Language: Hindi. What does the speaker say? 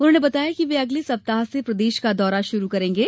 उन्होंने बताया कि वे अगले सप्ताह से प्रदेश का दौरा शुरु करेंगे